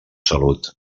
salut